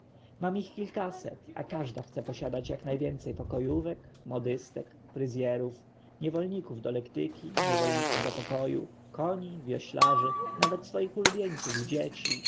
mam ich kilkaset a każda chce posiadać jak najwięcej pokojówek modystek fryzjerów niewolników do lektyki niewolników do pokoju koni wioślarzy nawet swoich ulubieńców i dzieci